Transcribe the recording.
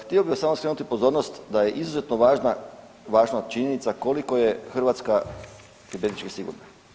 Htio bih vam samo skrenuti pozornost da je izuzetno važna činjenica koliko je Hrvatska kibernetički sigurna.